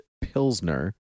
pilsner